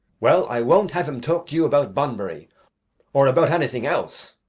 well, i won't have him talk to you about bunbury or about anything else.